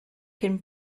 cyn